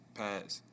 pads